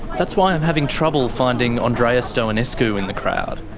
that's why i'm having trouble finding andreea stoenescu in the crowd.